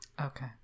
Okay